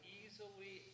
easily